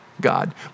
God